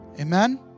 Amen